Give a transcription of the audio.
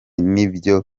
n’ibyo